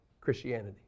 Christianity